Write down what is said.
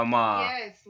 Yes